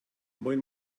moin